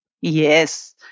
Yes